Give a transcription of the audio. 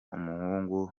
umuhungu